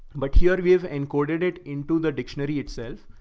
but here we have incorporated it into the dictionary itself.